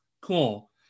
cool